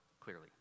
clearly